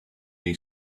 they